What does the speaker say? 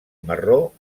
marró